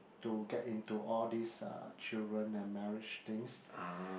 to get into all these uh children and marriage things